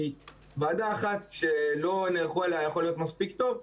כי ועדה אחת שלא נערכו אליה יכול להיות מספיק טוב,